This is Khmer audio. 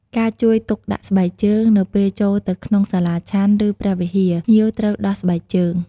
ការលើកទឹកចិត្តភ្ញៀវឲ្យចូលរួមធ្វើបុណ្យ ពួកគាត់អាចលើកទឹកចិត្តភ្ញៀវឲ្យចូលរួមធ្វើបុណ្យ ឬដាក់បាត្រ ដើម្បីរួមចំណែកកសាងកុសលផលបុណ្យ។